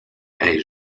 est